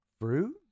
Fruit